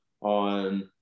on